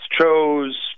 chose